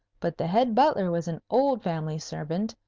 but the head butler was an old family servant,